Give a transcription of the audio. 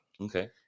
Okay